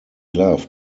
loved